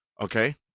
okay